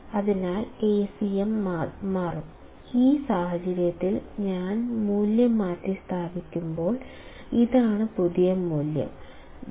അതിനാൽ Acm മാറും ഈ സാഹചര്യത്തിൽ ഞാൻ മൂല്യം മാറ്റിസ്ഥാപിക്കുമ്പോൾ ഇതാണ് പുതിയ മൂല്യം 0